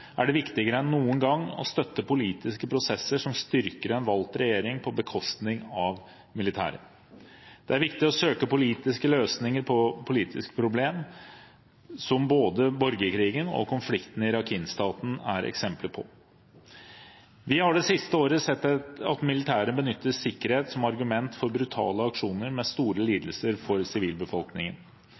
er det viktigere enn noen gang å støtte politiske prosesser som styrker en valgt regjering, på bekostning av militæret. Det er viktig å søke politiske løsninger på politiske problemer, noe som både borgerkrigen og konflikten i Rakhine-staten er eksempler på. Vi har det siste året sett at militæret benytter sikkerhet som argument for brutale aksjoner med store lidelser for sivilbefolkningen.